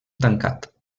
tancat